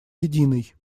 единой